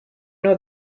know